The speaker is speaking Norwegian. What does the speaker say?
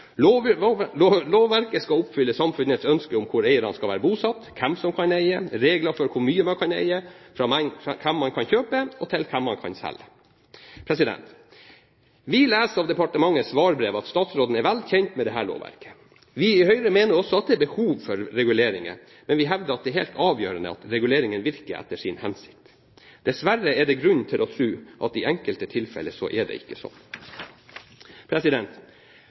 Lovverket skal oppfylle samfunnets ønske om hvor eierne skal være bosatt, hvem som kan eie, regler for hvor mye man kan eie, fra hvem man kan kjøpe, og til hvem man kan selge. Vi leser av departementets svarbrev at statsråden er vel kjent med dette lovverket. Vi i Høyre mener også at det er behov for reguleringer, men vi hevder at det er helt avgjørende at reguleringen virker etter sin hensikt. Dessverre er det grunn til å tro at det i enkelte tilfeller ikke er